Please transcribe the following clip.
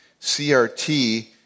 CRT